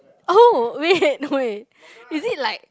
oh wait wait is it like